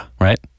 right